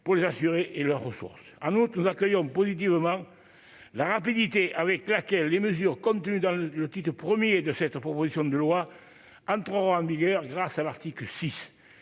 pour les assurés et leurs ressources en août, nous accueillons positivement la rapidité avec laquelle les mesures contenues dans le titre 1er de cette proposition de loi entre en vigueur, grâce à l'article 6